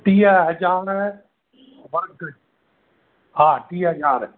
टीह हज़ार गज हा टीह हज़ार